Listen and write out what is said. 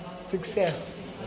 success